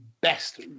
best